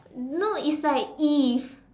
no it's like if